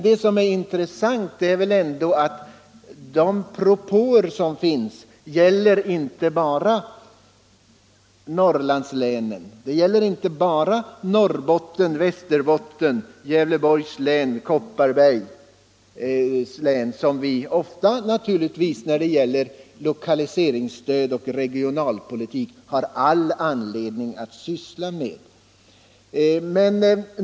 Det intressanta är väl ändå att de propåer som gjorts inte rör bara Norrbottens, Västerbottens, Gävleborgs och Kopparbergs län — som vi naturligtvis ofta när det är fråga om lokaliseringsstöd och regionalpolitik har all anledning att syssla med.